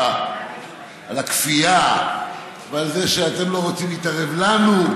על הכפייה ועל זה שאתם לא רוצים להתערב לנו.